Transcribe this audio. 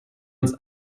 uns